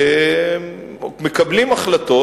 מקבלים החלטות.